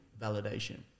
validation